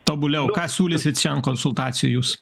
tobuliau ką siūlysit šian konsultacijų jūs